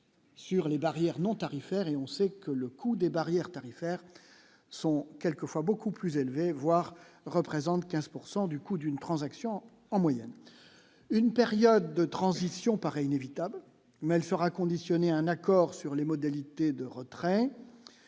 sur les barrières non tarifaires et on sait que le coût des barrières tarifaires sont quelquefois beaucoup plus élevé, voire représente 15 pourcent du coût d'une transaction en moyenne une période de transition paraît inévitable, mais elle sera conditionné à un accord sur les modalités de retrait.